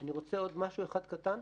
אני רוצה עוד משהו אחד קטן?